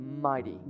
mighty